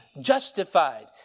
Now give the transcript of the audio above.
justified